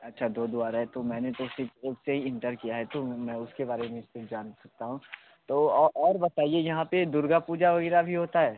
अच्छा दो द्वार है तो मैंने तो सिर्फ एक से ही इंटर किया है तो मैं उसके बारे में सिर्फ जान सकता हूँ तो औ और बताइए यहाँ पर दुर्गा पूजा वगैरह भी होता है